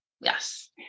Yes